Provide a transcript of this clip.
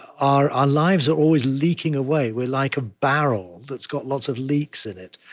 our our lives are always leaking away we're like a barrel that's got lots of leaks in it.